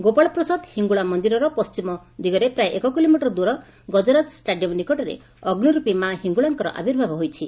ଗୋପାଳପ୍ରସାଦ ହିଙ୍ଙୁଳା ମନିରର ପଣ୍କିମ ଦିଗରେ ପ୍ରାୟ ଏକକିଲୋମିଟର ଦୂର ଗଜରାଜ ଷାଡିୟମ୍ ନିକଟରେ ଅଗ୍ନିରୂପୀ ମା ହିଙ୍ଙୁଳାଙ୍କର ଆବିଭାବ ହୋଇଛି